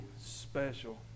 special